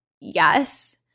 yes